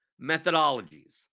methodologies